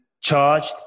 charged